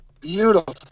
beautiful